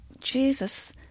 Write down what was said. Jesus